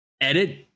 Edit